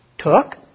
Took